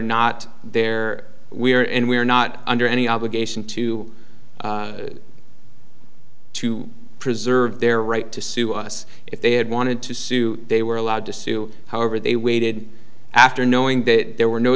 not there we are and we are not under any obligation to to preserve their right to sue us if they had wanted to sue they were allowed to sue however they waited after knowing that there were no